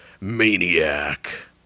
Maniac